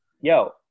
Yo